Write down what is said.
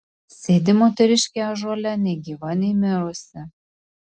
sėdi moteriškė ąžuole nei gyva nei mirusi